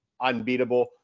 unbeatable